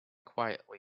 quietly